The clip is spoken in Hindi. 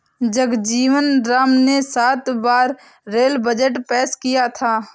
जगजीवन राम ने सात बार रेल बजट पेश किया था